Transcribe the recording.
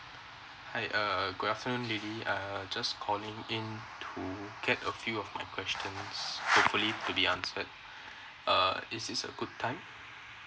hi uh good afternoon lily uh just calling in to get a few of my question hopefully to be answered uh is it a good time